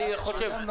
הנושא על סדר